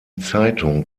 zeitung